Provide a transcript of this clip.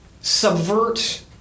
subvert